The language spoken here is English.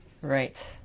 right